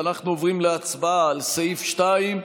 ואנחנו עוברים להצבעה על סעיף 2,